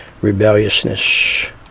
rebelliousness